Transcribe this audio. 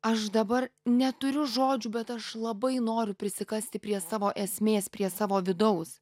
aš dabar neturiu žodžių bet aš labai noriu prisikasti prie savo esmės prie savo vidaus